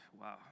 Wow